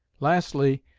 lastly,